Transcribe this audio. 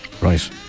Right